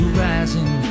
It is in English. rising